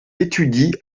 étudie